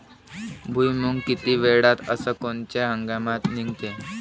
भुईमुंग किती वेळात अस कोनच्या हंगामात निगते?